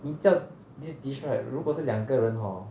你叫 this dish right 如果是两个人 hor